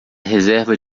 reserva